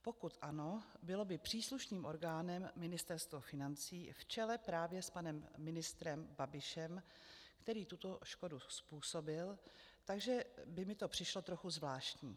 Pokud ano, bylo by příslušným orgánem Ministerstvo financí v čele právě s panem ministrem Babišem, který tuto škodu způsobil, takže by mi to přišlo trochu zvláštní.